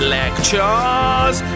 lectures